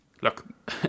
Look